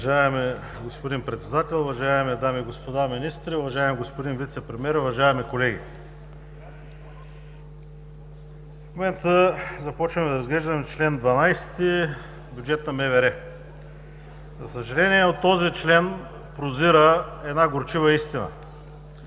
Уважаеми господин Председател, уважаеми дами и господа министри, уважаеми господин Вицепремиер, уважаеми колеги! В момента започваме да разглеждаме чл. 12 – бюджет на МВР. За съжаление, от този член прозира една горчива истина,